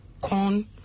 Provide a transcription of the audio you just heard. corn